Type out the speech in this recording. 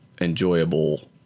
enjoyable